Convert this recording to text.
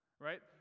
right